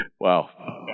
Wow